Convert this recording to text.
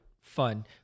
fun